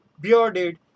Bearded